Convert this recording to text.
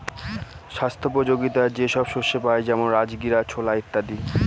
স্বাস্থ্যোপযোগীতা যে সব শস্যে পাই যেমন রাজগীরা, ছোলা ইত্যাদি